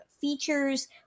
features